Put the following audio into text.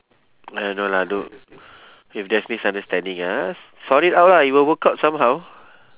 uh no lah don't if there's misunderstanding ya sort it out lah it will work out somehow